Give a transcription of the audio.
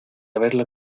haberla